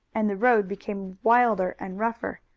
and the road became wilder and rougher.